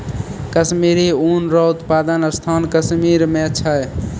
कश्मीरी ऊन रो उप्तादन स्थान कश्मीर मे छै